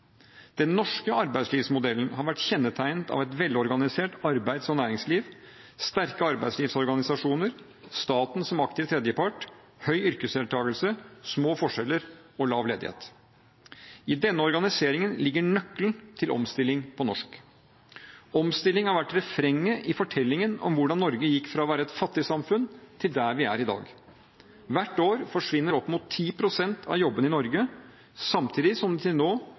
Den norske arbeidslivsmodellen har vært kjennetegnet av et velorganisert arbeids- og næringsliv, sterke arbeidslivsorganisasjoner, staten som aktiv tredjepart, høy yrkesdeltakelse, små forskjeller og lav ledighet. I denne organiseringen ligger nøkkelen til omstilling på norsk. Omstilling har vært refrenget i fortellingen om hvordan Norge gikk fra å være et fattig samfunn til der vi er i dag. Hvert år forsvinner opp mot 10 pst. av jobbene i Norge, samtidig som det til nå